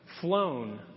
flown